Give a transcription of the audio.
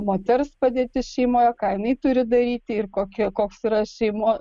moters padėtis šeimoje ką jinai turi daryti ir kokie koks yra šeimoj